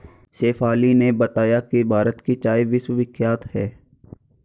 शेफाली ने बताया कि भारत की चाय विश्वविख्यात है